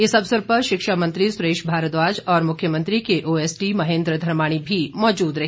इस अवसर पर शिक्षा मंत्री सुरेश भारद्वाज और मुख्यमंत्री के ओएसडी महेन्द्र धर्माणी भी मौजूद रहे